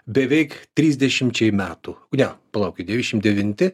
beveik trisdešimčiai metų ne plaukit devyniasdešim devinti